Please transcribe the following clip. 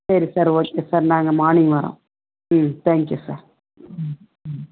சரி sir okay sir நாங்கள் morning வரோம் ம் தேங்க்யூ சார் ம் ம்